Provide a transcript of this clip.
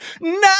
No